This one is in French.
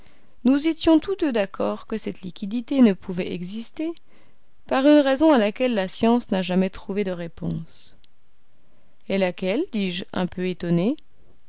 nous étions tous deux d'accord que cette liquidité ne pouvait exister par une raison à laquelle la science n'a jamais trouvé de réponse et laquelle dis-je un peu étonné